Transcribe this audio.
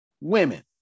women